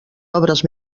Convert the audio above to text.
obres